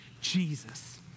Jesus